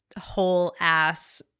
whole-ass